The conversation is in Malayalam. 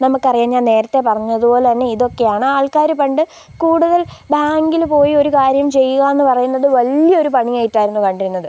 നമുക്കറിയാം ഞാൻ നേരത്തെ പറഞ്ഞത് പോലെ തന്നെ ഇതൊക്കെയാണ് ആൾക്കാർ പണ്ട് കൂടുതൽ ബാങ്കിൽ പോയൊരു കാര്യം ചെയ്യുകയെന്നു പറയുന്നത് വലിയൊരു പണിയായിട്ടായിരുന്നു കണ്ടിരുന്നത്